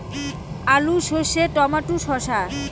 আলু সর্ষে টমেটো শসা